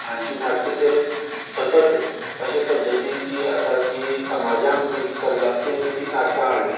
हांचीं नाटकां तर सतत अशे पध्दतीचीं आसात की समाजाक जें कितें चल्लां तें तेमी नाटका हाडलें